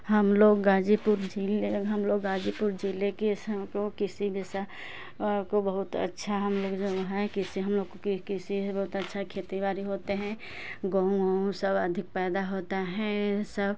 हम लोग गाजीपुर ज़िले हम लोग गाजीपुर ज़िले के संग को किसी विषय को बहुत अच्छा हम लोग जो हैं किसी भी किसी बहुत अच्छा खेती बाड़ी होते हैं गेहूँ सब अधिक पैदा होता है सब